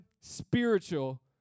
spiritual